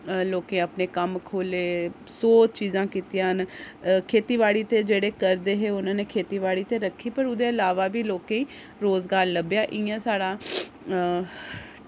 लोकें अपने कम्म खोह्ल्ले सौ चीजां कीतियां न खेती बाड़ी ते जेह्ड़े करदे हे उ'नें ने खेती बाड़ी ते रक्खी पर उदे अलावा बी लोकें रोजगार लब्भेआ इ'यां साढ़ा